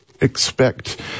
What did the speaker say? expect